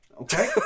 Okay